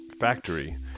factory